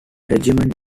regiment